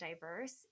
diverse